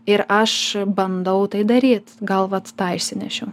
ir aš bandau tai daryt gal vat tą išsinešiu